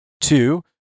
two